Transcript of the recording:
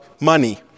money